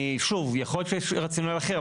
יכול להיות שיש רציונל אחר.